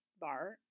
bar